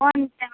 कोन चाबल